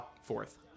Fourth